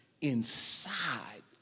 inside